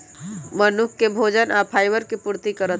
मनुख के भोजन आ फाइबर के पूर्ति करत